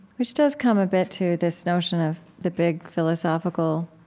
which does come a bit to this notion of the big, philosophical,